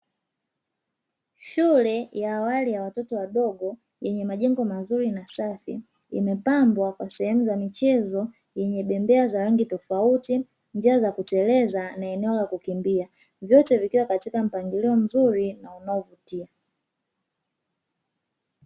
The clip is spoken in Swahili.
Shule ya awali ya watoto wadogo yenye majengo mazuri na safi, imepambwa kwa sehemu za michezo yenye bembea za rangi tofauti, njia za kuteleza na eneo la kukimbia. Vyote vikiwa katika mpangilio mzuri na unaovutia.